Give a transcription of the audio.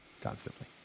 constantly